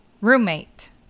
roommate